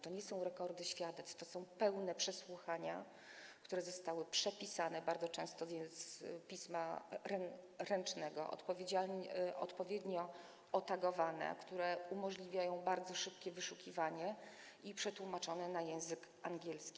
To nie są rekordy świadectw, to są pełne przesłuchania, które zostały przepisane, bardzo często z pisma ręcznego, odpowiednio otagowane, które umożliwiają bardzo szybkie wyszukiwanie, i przetłumaczone na język angielski.